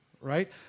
right